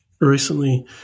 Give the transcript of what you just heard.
recently